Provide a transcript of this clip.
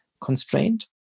constrained